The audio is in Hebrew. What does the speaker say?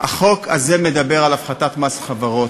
החוק הזה מדבר על הפחתת מס חברות.